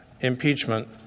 impeachment